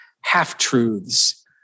half-truths